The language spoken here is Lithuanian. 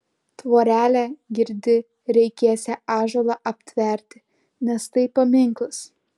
tvorelę girdi reikėsią ąžuolą aptverti nes tai paminklas